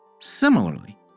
Similarly